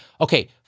Okay